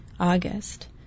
August